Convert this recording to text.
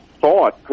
thought